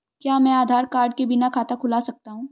क्या मैं आधार कार्ड के बिना खाता खुला सकता हूं?